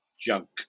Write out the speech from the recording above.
junk